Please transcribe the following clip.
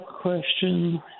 question